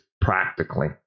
practically